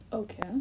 okay